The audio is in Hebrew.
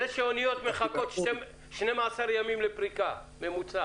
אוניות מחכות בממוצע 12 ימים לפריקה.